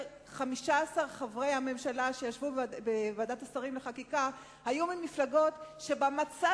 15 חברי הממשלה שישבו בוועדת השרים לענייני חקיקה היו ממפלגות שבמצע